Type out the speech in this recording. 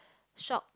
shop